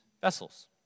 vessels